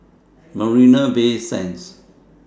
Marina Bay Sands